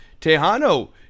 Tejano